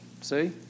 See